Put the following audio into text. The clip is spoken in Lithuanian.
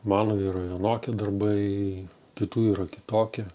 mano yra vienokie darbai kitų yra kitokie